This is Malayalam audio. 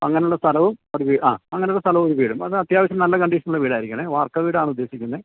അങ്ങനെയുള്ള സ്ഥലവും ഒരു ആ അങ്ങനെയുള്ള സ്ഥലവും ഒരു വീടും എന്നാല് അത്യാവശ്യം നല്ല കണ്ടീഷനുള്ള വീടായിരിക്കണേ വാർക്ക വീടാണ് ഉദ്ദേശിക്കുന്നത്